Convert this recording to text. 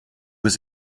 was